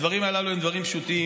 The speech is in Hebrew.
הדברים הללו הם דברים פשוטים,